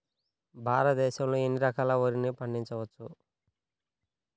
భారతదేశంలో ఎన్ని రకాల వరిని పండించవచ్చు